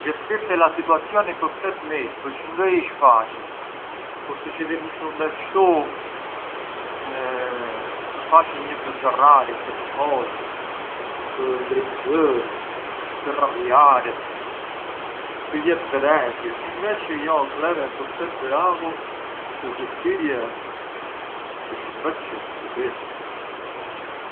Xhestirte la situazioni ftet mirë, përçë ngë ish facili, kur suçidhir një shurbes shtu ë facili një të zgarrarënj te të folit, të ngrënj zërin, të rabiaret, të jetë ghrevjë, inveçi jo kleve pë’ ftet bravu të xhestirje këtë shurbes çë suçidhirti.